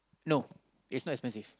no it's not expensive